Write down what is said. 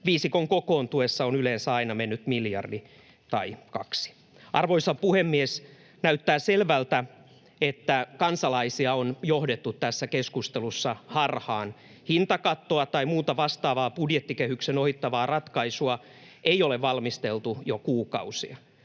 Viisikon kokoontuessa on yleensä aina mennyt miljardi tai kaksi. Arvoisa puhemies! Näyttää selvältä, että kansalaisia on johdettu tässä keskustelussa harhaan. Hintakattoa tai muuta vastaavaa budjettikehyksen ohittavaa ratkaisua ei ole valmisteltu jo kuukausia.